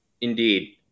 Indeed